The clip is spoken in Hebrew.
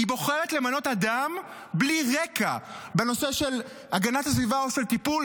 היא בוחרת למנות אדם בלי רקע בנושא הגנת הסביבה או טיפול